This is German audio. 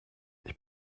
ich